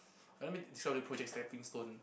I don't mean to project stepping stone